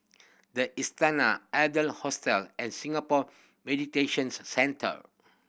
The Istana Adler Hostel and Singapore Centre